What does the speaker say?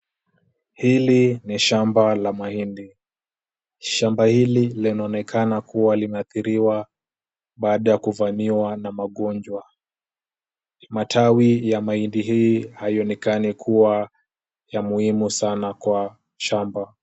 Hili ni shamba la mahindi. Shamba hili linaonekana kuwa limeathiriwa baada ya kuvamiwa na magonjwa. Matawi ya mahindi hii haionekani kuwa ya muhimu sana kwa shamba.